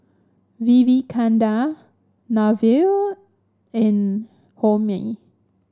Vivekananda Neila and Homi